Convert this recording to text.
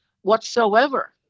whatsoever